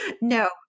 no